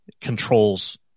controls